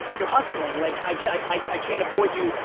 you're hustling. like i i can't avoid you.